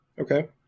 Okay